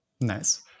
Nice